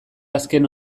azken